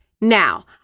Now